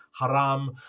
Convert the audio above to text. haram